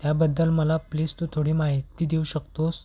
त्याबद्दल मला प्लीज तू थोडी माहिती देऊ शकतोस